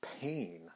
pain